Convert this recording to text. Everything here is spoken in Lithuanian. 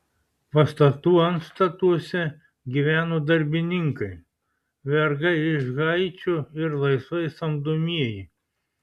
pastatų antstatuose gyveno darbininkai vergai iš haičio ir laisvai samdomieji